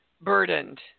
burdened